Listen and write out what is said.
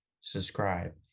subscribe